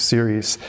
Series